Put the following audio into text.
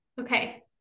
okay